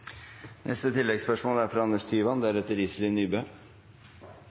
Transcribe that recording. neste hovedspørsmål, fra Iselin Nybø.